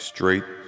Straight